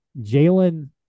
Jalen